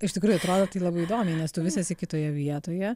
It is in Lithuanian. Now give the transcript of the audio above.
iš tikrųjų atrodo tai labai įdomiai nes tu vis esi kitoje vietoje